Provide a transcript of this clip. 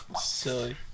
Silly